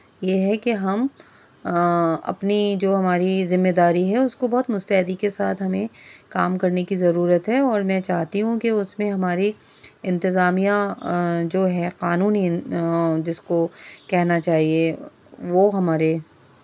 یہ ہے کہ ہم اپنی جو ہماری ذمہ داری ہے اس کو بہت مستعدی کے ساتھ ہمیں کام کرنے کی ضرورت ہے اور میں چاہتی ہوں کہ اس میں ہماری انتظامیہ جو ہے قانونی جس کو کہنا چاہیے وہ ہمارے